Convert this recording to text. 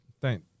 Thank